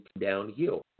downhill